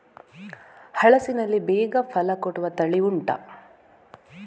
ಹಲಸಿನಲ್ಲಿ ಬೇಗ ಫಲ ಕೊಡುವ ತಳಿ ಉಂಟಾ